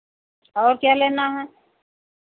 और क्या लेना है